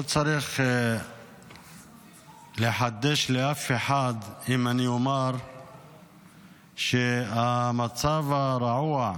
לא צריך לחדש לאף אחד אם אני אומר שהמצב הרעוע,